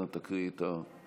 אנא תקריא את השאילתה.